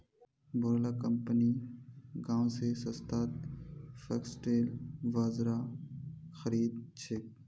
बोरो ला कंपनि गांव स सस्तात फॉक्सटेल बाजरा खरीद छेक